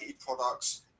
products